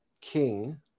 king